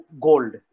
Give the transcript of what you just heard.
gold